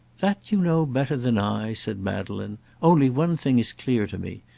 that you know better than i, said madeleine only one thing is clear to me.